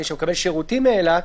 מי שמקבל שירותים מאילת.